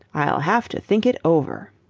i'll have to think it over.